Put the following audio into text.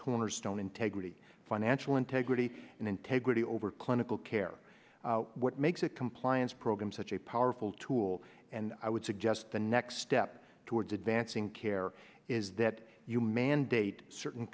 closure stone integrity financial integrity and integrity over clinical care what makes a compliance program such a powerful tool and i would suggest the next step towards advancing care is that you mandate certain